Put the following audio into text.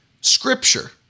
scripture